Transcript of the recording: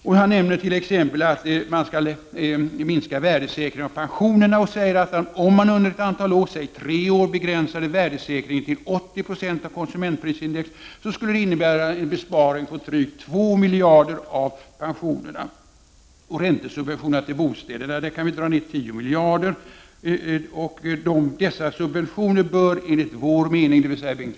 Vidare skriver Bengt Westerberg att vi bör minska värdesäkringen beträffande pensionerna och framhåller: ”Om man under ett antal år, säg tre år, begränsade värdesäkringen till 80 procent av konsumentprisindex skulle det innebära en besparing på drygt 2 miljarder kr.” När det gäller räntesubventionerna till bostäder menar Bengt Westerberg att vi bör dra ned med 10 miljarder. Dessa subventioner bör alltså, heter det, avvecklas.